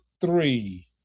three